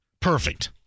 Perfect